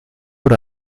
oder